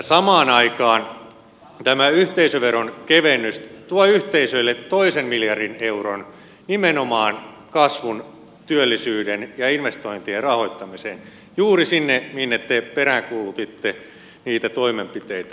samaan aikaan tämä yhteisöveron kevennys tuo yhteisöille toisen miljardin euron nimenomaan kasvun työllisyyden ja investointien rahoittamiseen juuri sinne minne te peräänkuulutitte niitä toimenpiteitä